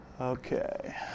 Okay